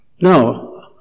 No